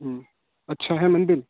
हम्म अच्छा है मंदिर